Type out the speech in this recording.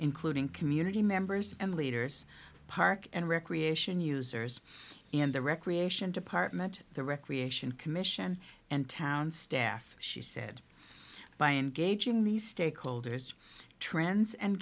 including community members and leaders park and recreation users in the recreation department the recreation commission and town staff she said by engaging these stakeholders trends and